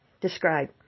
Describe